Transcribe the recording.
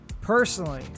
personally